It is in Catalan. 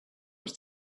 els